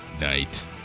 night